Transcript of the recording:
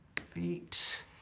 feet